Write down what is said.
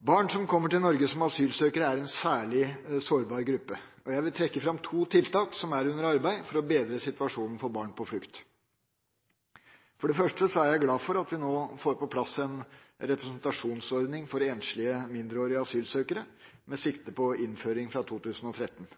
Barn som kommer til Norge som asylsøkere, er en særlig sårbar gruppe. Jeg vil trekke fram to tiltak som er under arbeid for å bedre situasjonen for barn på flukt. For det første er jeg glad for at vi nå får på plass en representantordning for enslige mindreårige asylsøkere, med sikte på en innføring fra 2013,